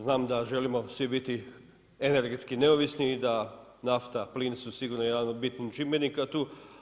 Znam da želimo svi biti energetski neovisni i da nafta, plin, su sigurno jedan od bitnih čimbenika tu.